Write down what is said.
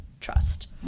trust